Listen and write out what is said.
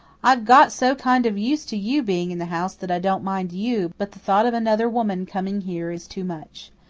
i've got so kind of used to you being in the house that i don't mind you, but the thought of another woman coming here is too much.